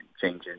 changing